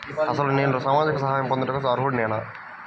అసలు నేను సామాజిక సహాయం పొందుటకు అర్హుడనేన?